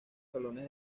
salones